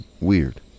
Weird